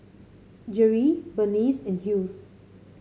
Jerrie Berneice and Hughes